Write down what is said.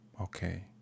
okay